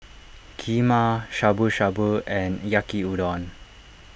Kheema Shabu Shabu and Yaki Udon